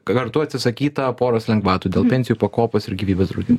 kartu atsisakyta poros lengvatų dėl pensijų pakopos ir gyvybės draudimo